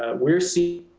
ah we're seeing